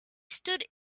stood